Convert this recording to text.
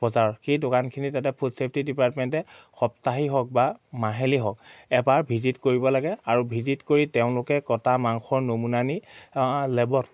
বজাৰ সেই দোকানখিনি তাতে ফুড ছেফটি ডিপাৰ্টমেণ্টে সপ্তাহী হওক বা মাহিলী হওক এবাৰ ভিজিট কৰিব লাগে আৰু ভিজিট কৰি তেওঁলোকে কটা মাংসৰ নমুনা নি লেবত